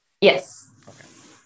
Yes